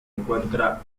encuentra